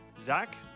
Zach